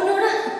על בן-אדם שנורה.